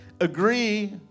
agree